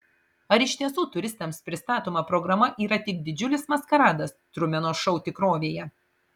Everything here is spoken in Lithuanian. ar iš tiesų turistams pristatoma programa yra tik didžiulis maskaradas trumeno šou tikrovėje